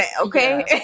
okay